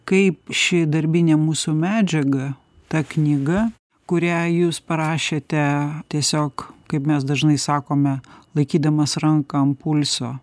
kaip ši darbinė mūsų medžiaga ta knyga kurią jūs parašėte tiesiog kaip mes dažnai sakome laikydamas ranką ant pulso